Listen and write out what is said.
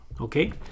okay